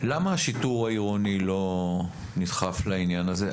למה השיטור העירוני לא נדחף לעניין הזה?